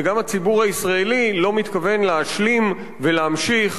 וגם הציבור הישראלי לא מתכוון להשלים ולהמשיך